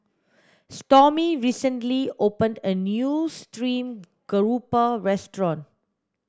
Stormy recently opened a new stream grouper restaurant